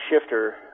shifter